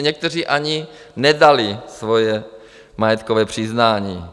Někteří ani nedali svoje majetkové přiznání.